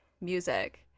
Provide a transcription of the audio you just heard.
music